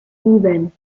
sieben